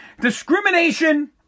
Discrimination